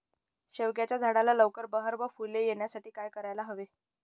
शेवग्याच्या झाडाला लवकर बहर व फूले येण्यासाठी काय करायला हवे?